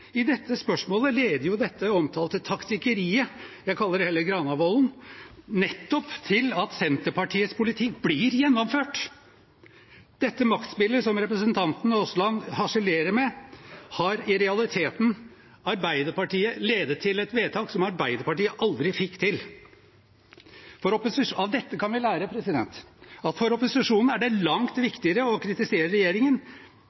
i dette spørsmålet leder jo dette omtalte taktikkeriet – jeg kaller det heller Granavolden-plattformen – nettopp til at Senterpartiets politikk blir gjennomført. Dette maktspillet som representanten Aasland harselerer med, har i realiteten Arbeiderpartiet ledet til et vedtak som Arbeiderpartiet aldri fikk til. Av dette kan vi lære at for opposisjonen er det langt